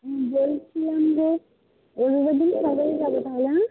বলছিলাম যে এই রবিবার দিন সবাই যাব তাহলে হ্যাঁ